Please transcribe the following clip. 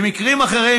במקרים אחרים,